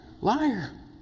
liar